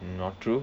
not true